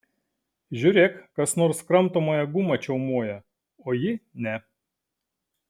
žiūrėk kas nors kramtomąją gumą čiaumoja o ji ne